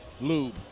Lube